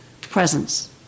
presence